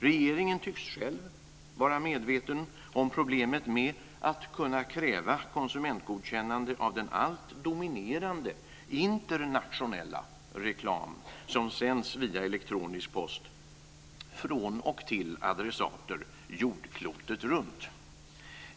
Regeringen tycks själv vara medveten om problemet med att man ska kunna kräva konsumentgodkännande när det gäller den alltmer dominerande, internationella reklam som sänds via elektronisk post från och till adressater jordklotet runt.